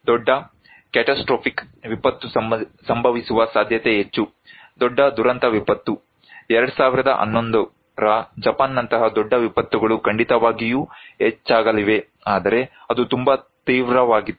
ದೊಡ್ಡ ಕ್ಯಾಟಸ್ಟ್ರೋಫಿಕ್ ವಿಪತ್ತು ಸಂಭವಿಸುವ ಸಾಧ್ಯತೆ ಹೆಚ್ಚು ದೊಡ್ಡ ದುರಂತ ವಿಪತ್ತು 2011 ರ ಜಪಾನ್ ನಂತಹ ದೊಡ್ಡ ವಿಪತ್ತುಗಳು ಖಂಡಿತವಾಗಿಯೂ ಹೆಚ್ಚಾಗಲಿವೆ ಆದರೆ ಅದು ತುಂಬಾ ತೀವ್ರವಾಗಿತ್ತು